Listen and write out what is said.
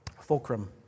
Fulcrum